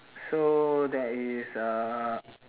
so there is uh